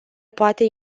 poate